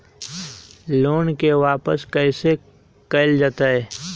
Loan के वापस कैसे कैल जतय?